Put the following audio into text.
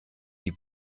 die